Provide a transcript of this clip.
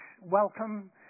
welcome